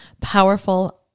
powerful